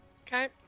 Okay